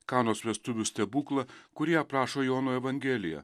kanos vestuvių stebuklą kurį aprašo jono evangelija